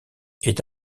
est